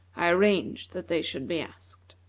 i arranged that they should be asked.